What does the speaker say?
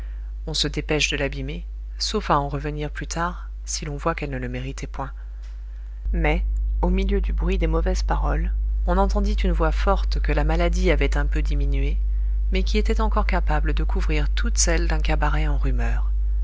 on se dépêche de l'abîmer sauf à en revenir plus tard si l'on voit qu'elle ne le méritait point mais au milieu du bruit des mauvaises paroles on entendit une voix forte que la maladie avait un peu diminuée mais qui était encore capable de couvrir toutes celles d'un cabaret en rumeur